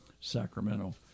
Sacramento